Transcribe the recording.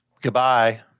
Goodbye